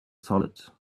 solid